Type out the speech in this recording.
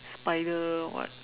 spider or what